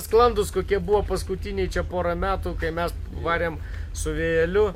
sklandūs kokie buvo paskutiniai čia pora metų kai mes varėm su vėjeliu